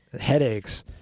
headaches